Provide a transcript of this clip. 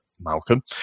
Malcolm